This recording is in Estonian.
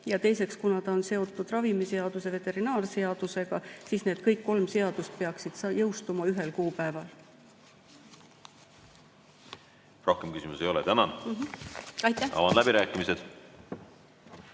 Teiseks on ta seotud ravimiseaduse ja veterinaarseadusega ning need kolm seadust peaksid jõustuma ühel kuupäeval. Rohkem küsimusi ei ole. Tänan! Avan läbirääkimised.